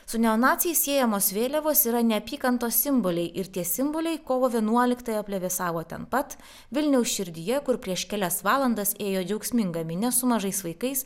su neonaciais siejamos vėliavos yra neapykantos simboliai ir tie simboliai kovo vienuoliktąją plevėsavo ten pat vilniaus širdyje kur prieš kelias valandas ėjo džiaugsminga minia su mažais vaikais